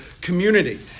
community